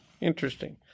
Interesting